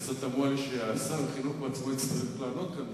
זה קצת תמוה בעיני ששר החינוך בעצמו יצטרך לענות כאן,